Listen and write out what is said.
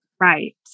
Right